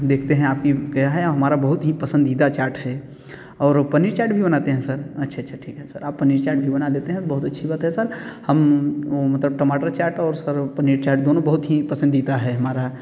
देखते हैं आप की क्या है हमारा बहुत ही पसंदीदा चाट है और पनीर चाट भी बनाते हैं सर अच्छा अच्छा ठीक है सर आप पनीर चाट भी बना लेते हैं तो बहुत अच्छी बात है सर हम वो मतलब टमाटर चाट और सर पनीर चाट दोनों बहुत ही पसंदीदा है हमारा